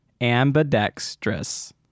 Ambidextrous